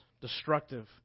destructive